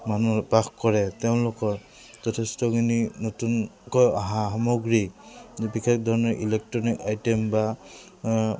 মানুহ বাস কৰে তেওঁলোকৰ যথেষ্টখিনি নতুনকৈ অহা সামগ্ৰী বিশেষ ধৰণে ইলেক্ট্ৰনিক আইটেম বা